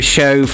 Show